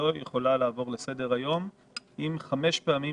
לא יכולה לעבור לסדר-היום אם חמש פעמים